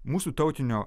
mūsų tautinio